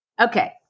Okay